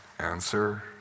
Answer